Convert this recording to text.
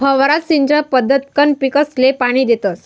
फवारा सिंचन पद्धतकंन पीकसले पाणी देतस